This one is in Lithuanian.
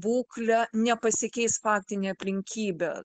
būklę nepasikeis faktinė aplinkybė